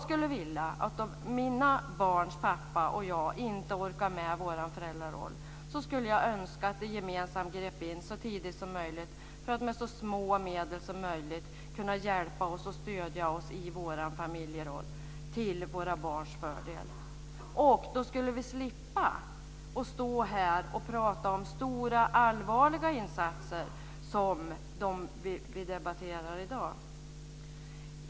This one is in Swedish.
Om mina barns pappa och jag inte orkar med vår föräldraroll skulle jag vilja att det gemensamma grep in så tidigt som möjligt för att med så små medel som möjligt hjälpa och stödja oss i vår föräldraroll till våra barns fördel. Då skulle vi slippa att stå här och prata om stora allvarliga insatser som de vi debatterar i dag.